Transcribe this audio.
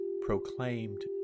proclaimed